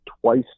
twice